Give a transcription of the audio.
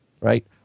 right